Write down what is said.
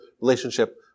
relationship